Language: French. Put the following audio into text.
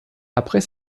après